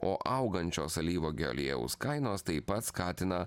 o augančios alyvuogių aliejaus kainos taip pat skatina